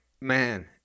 man